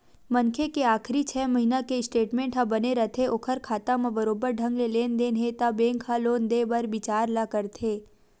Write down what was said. मनखे के आखरी छै महिना के स्टेटमेंट ह बने रथे ओखर खाता म बरोबर ढंग ले लेन देन हे त बेंक ह लोन देय के बिचार ल करथे